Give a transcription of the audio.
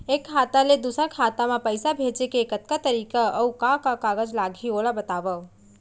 एक खाता ले दूसर खाता मा पइसा भेजे के कतका तरीका अऊ का का कागज लागही ओला बतावव?